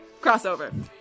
crossover